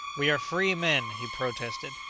we are free men! he protested,